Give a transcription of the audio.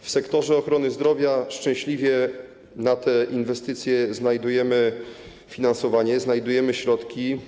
W sektorze ochrony zdrowia szczęśliwie na te inwestycje znajdujemy finansowanie, znajdujemy środki.